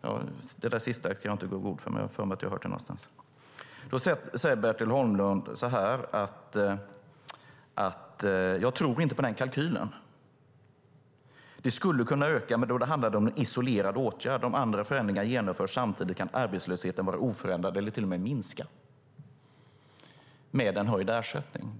Jag är inte säker på det, men har för mig att jag har hört det. Bertil Holmlund säger: Jag tror inte på den kalkylen. Det skulle kunna öka men då handlar det om en isolerad åtgärd. Om andra förändringar genomförs samtidigt kan arbetslösheten vara oförändrad eller till och med minska med en höjd ersättning.